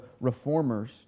Reformers